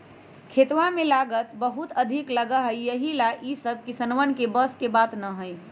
खेतवा में लागत बहुत अधिक लगा हई यही ला ई सब किसनवन के बस के बात ना हई